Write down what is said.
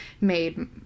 made